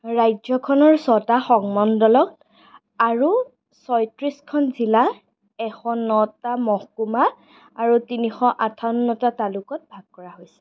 ৰাজ্যখনৰ ছয়টা সংমণ্ডলক আৰু ছয়ত্ৰিছখন জিলা এশ নটা মহকুমা আৰু তিনিশ আঠাৱন্নটা তালুকত ভাগ কৰা হৈছে